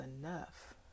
enough